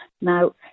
Now